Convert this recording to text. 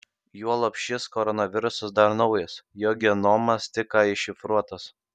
juolab šis koronavirusas dar naujas jo genomas tik ką iššifruotas